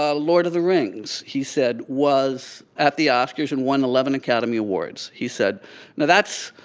ah lord of the rings, he said, was at the oscars and won eleven academy awards. he said now that's,